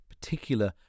particular